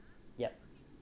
yup